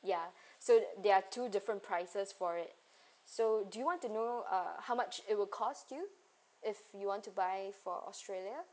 ya so there are two different prices for it so do you want to know uh how much it would cost you if you want to buy for australia